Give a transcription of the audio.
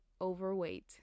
overweight